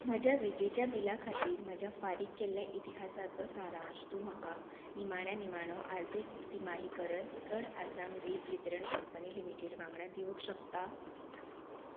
म्हज्या विजेच्या बिला खातीर म्हज्या फारीक केल्ल्या इतिहासाचो सारांश तूं म्हाका निमाण्या निमाणो आर्थीक तिमाही परस चड आसा वीज वितरण कंपनी लिमिटेड वांगडा दिवंक शकता